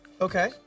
Okay